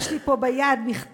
יש לי פה ביד מכתב